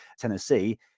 Tennessee